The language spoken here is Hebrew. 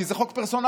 כי זה חוק פרסונלי.